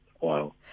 Wow